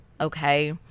okay